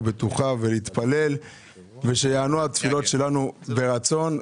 ובטוחה ולהתפלל ושייענו התפילות שלנו ברצון.